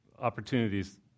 opportunities